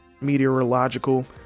meteorological